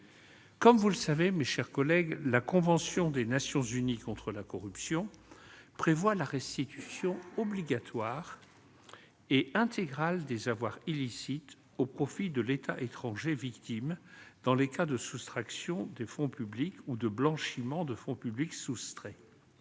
chers collègues, la convention des Nations unies contre la corruption prévoit la restitution obligatoire et intégrale des avoirs illicites au profit de l'État étranger victime dans les cas de soustraction de fonds publics ou de blanchiment de fonds publics soustraits.